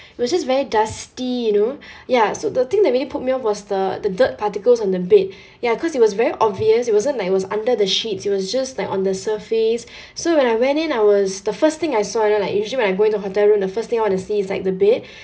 it was just very dusty you know ya so the thing that really put me off was the the dirt particles on the bed ya cause it was very obvious it wasn't like it was under the sheets it was just like on the surface so when I went in I was the first thing I saw you know like usually when I go into the hotel room the first thing I want to see is like the bed